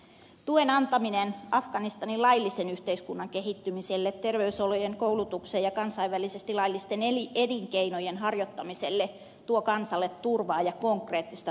tuen antaminen afganistanin laillisen yhteiskunnan kehittymiselle terveysolojen koulutuksen ja kansainvälisesti laillisten elinkeinojen harjoittamiselle tuo kansalle turvaa ja konkreettista toivoa